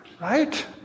right